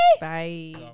Bye